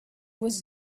was